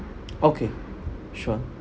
okay sure